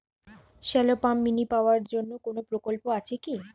Shallow pump mini power জন্য কোনো প্রকল্প আছে কি?